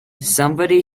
somebody